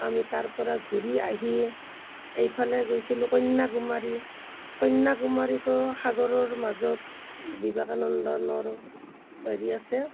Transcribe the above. আমি তাৰ পৰা ঘূৰি আহি এইফালে গৈছিলোঁ কন্যাকুমাৰী কন্যাকুমাৰীতো সাগৰৰ মাজত বিবেকানন্দৰ হেৰি আছে